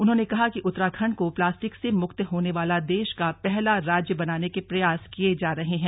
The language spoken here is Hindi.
उन्होंने कहा कि उत्तराखण्ड को प्लास्टिक से मुक्त होने वाला देश का पहला राज्य बनाने के प्रयास किये जा रहे हैं